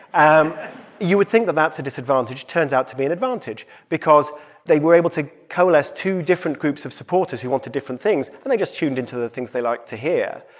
um you would think that that's a disadvantage. turns out to be an advantage because they were able to coalesce two different groups of supporters who wanted different things and they just tuned into the things they liked to hear.